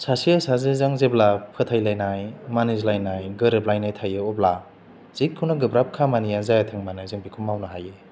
सासे सासेजों जेब्ला फोथायलायनाय मानिज्लायनाय गोरोबलायनाय थायो अब्ला जेखुनु गोब्राब खानिया जायाथों मानो जों बेखौ मावनो हायो